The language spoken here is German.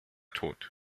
tod